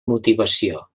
motivació